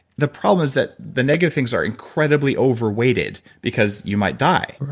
the problem is that the negative things are incredibly over weighted because you might die.